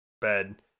bed